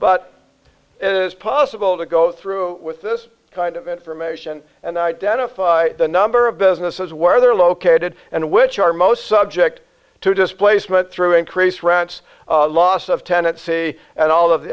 but it is possible to go through with this kind of information and identify the number of businesses where they're located and which are most subject to displacement through increased rents loss of tennessee and all of the